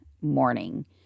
morning